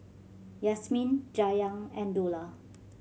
Yasmin Dayang and Dollah